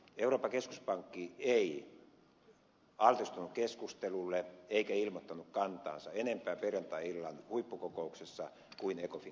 euroopan keskuspankki ei altistunut keskustelulle eikä ilmoittanut kantaansa sen enempää perjantai illan huippukokouksessa kuin ecofin kokouksessakaan